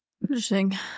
Interesting